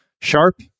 sharp